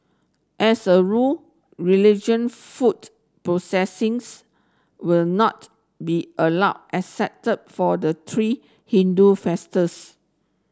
as a rule religion foot processions will not be allowed except for the three Hindu